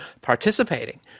participating